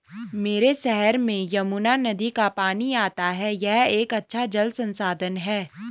मेरे शहर में यमुना नदी का पानी आता है यह एक अच्छा जल संसाधन है